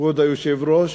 כבוד היושב-ראש,